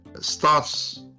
starts